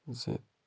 زِ